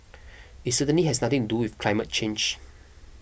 it certainly has nothing to do with climate change